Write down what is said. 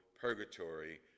purgatory